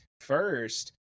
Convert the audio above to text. first